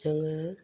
जोङो